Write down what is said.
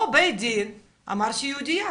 פה בית הדין אמר שהיא יהודייה,